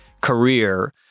career